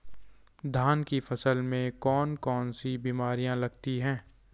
धान की फसल में कौन कौन सी बीमारियां लगती हैं?